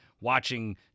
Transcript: watching